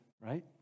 right